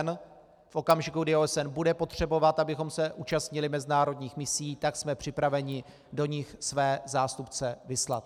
V okamžiku, kdy OSN bude potřebovat, abychom se účastnili mezinárodních misí, jsme připraveni do nich své zástupce vyslat.